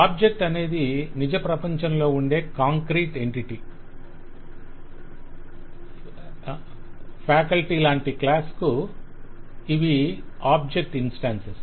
object అనేది నిజ ప్రపంచాలో ఉండే కాంక్రీట్ ఎంటిటీ ఫ్యాకల్టీ లాంటి క్లాస్ కు ఇవి ఆబ్జెక్ట్ ఇన్స్టాన్సస్